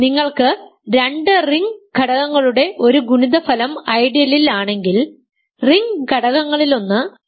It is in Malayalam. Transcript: നിങ്ങൾക്ക് രണ്ട് റിംഗ് ഘടകങ്ങളുടെ ഒരു ഗുണിതഫലം ഐഡിയലിൽ ആണെങ്കിൽ റിംഗ് ഘടകങ്ങളിലൊന്ന് ഐഡിയൽ ആണ്